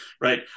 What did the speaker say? right